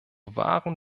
wahren